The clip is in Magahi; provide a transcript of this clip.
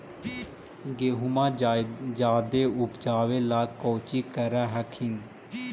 गेहुमा जायदे उपजाबे ला कौची कर हखिन?